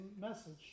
message